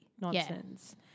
nonsense